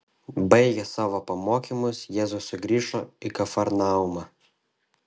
baigęs savo pamokymus jėzus sugrįžo į kafarnaumą